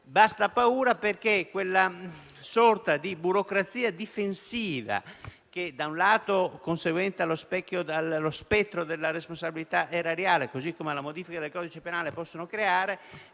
alla paura perché quella sorta di burocrazia difensiva, che - da un lato - è conseguente allo spettro della responsabilità erariale, così come la modifica del codice penale può creare,